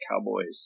Cowboys